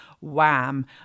wham